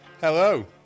Hello